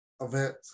event